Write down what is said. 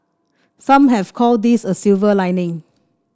some have called this a silver lining